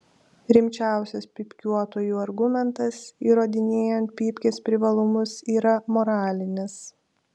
rimčiausias pypkiuotojų argumentas įrodinėjant pypkės privalumus yra moralinis